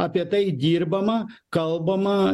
apie tai dirbama kalbama